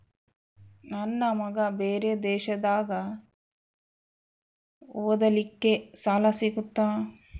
ನನ್ನ ಮಗ ಬೇರೆ ದೇಶದಾಗ ಓದಲಿಕ್ಕೆ ಸಾಲ ಸಿಗುತ್ತಾ?